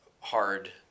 hard